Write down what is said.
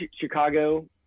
Chicago